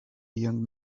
young